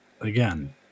Again